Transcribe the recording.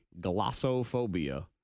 Glossophobia